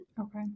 Okay